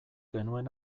genuen